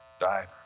died